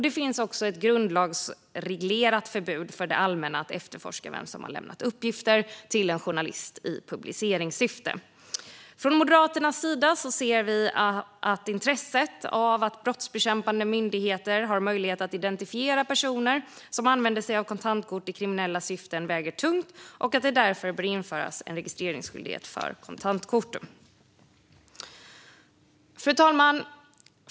Det finns också ett grundlagsreglerat förbud för det allmänna att efterforska vem som har lämnat uppgifter till en journalist i publiceringssyfte. Från Moderaternas sida ser vi att intresset av att brottsbekämpande myndigheter har möjlighet att identifiera personer som använder sig av kontantkort i kriminella syften väger tungt och att det därför bör införas en registreringsskyldighet för kontantkort. Fru talman!